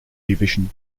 division